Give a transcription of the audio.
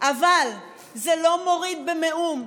אבל זה לא מוריד במאומה,